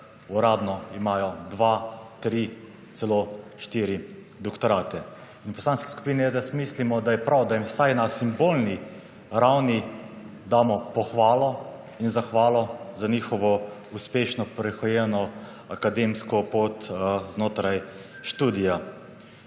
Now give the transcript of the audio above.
tri, celo štiri doktorate. In v Poslanski skupini SDS mislimo, da je prav, da jim vsaj na simbolni ravni damo pohvalo in zahvalo za njihovo uspešno prehojeno akademsko pot znotraj študija.